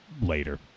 later